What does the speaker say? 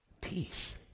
peace